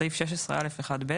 בסעיף 16(א)(1)(ב),